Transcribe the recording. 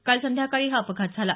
काल संध्याकाळी हा अपघात झाला